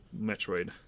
Metroid